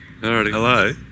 Hello